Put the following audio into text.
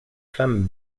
femmes